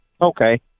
Okay